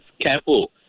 careful